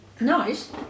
Nice